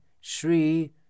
Shri